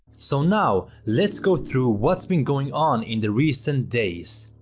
so now let's go through what's been going on in the recent days.